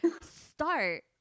start